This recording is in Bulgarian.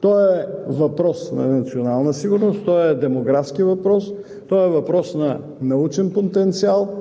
Той е въпрос на национална сигурност, той е демографски въпрос, той е въпрос на научен потенциал,